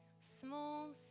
Small